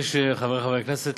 חברי חברי הכנסת,